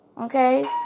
Okay